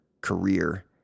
career